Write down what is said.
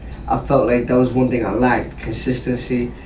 i felt like there was one thing i lacked consistency.